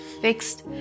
fixed